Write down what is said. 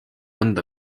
anda